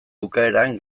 bukaeran